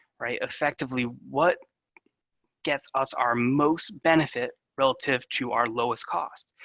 effectively what gets us our most benefit relative to our lowest cost.